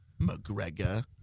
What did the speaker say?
McGregor